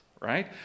right